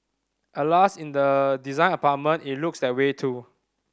Alas in the design apartment it looks that way too